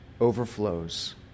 overflows